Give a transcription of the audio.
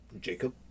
Jacob